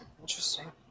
Interesting